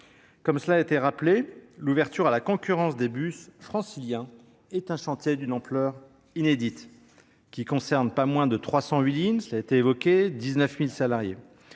Comme cela a été rappelé, l’ouverture à la concurrence des bus franciliens est un chantier d’une ampleur inédite, qui ne concerne pas moins de 308 lignes et de 19 000 salariés.